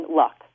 luck